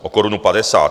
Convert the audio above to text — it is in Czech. O korunu padesát!